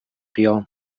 قیام